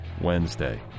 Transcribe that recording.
Wednesday